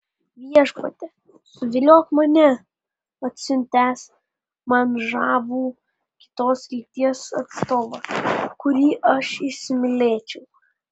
viešpatie suviliok mane atsiuntęs man žavų kitos lyties atstovą kurį aš įsimylėčiau